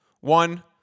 One